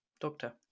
doctor